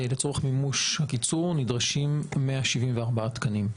לצורך מימוש הקיצור נדרשים 174 תקנים.